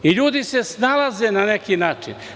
Ljudi se snalaze na neki način.